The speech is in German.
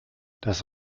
das